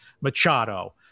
Machado